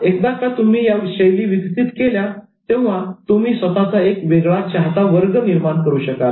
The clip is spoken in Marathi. एकदा का तुम्ही या शैली विकसित केल्या तेव्हा तुमचा स्वतःचा एक वेगळा चहाता वर्ग असेल